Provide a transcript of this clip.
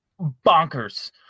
bonkers